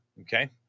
okay